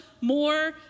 more